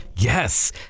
Yes